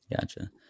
gotcha